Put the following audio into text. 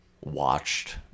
watched